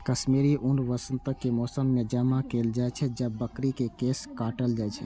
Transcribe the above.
कश्मीरी ऊन वसंतक मौसम मे जमा कैल जाइ छै, जब बकरी के केश काटल जाइ छै